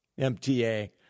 MTA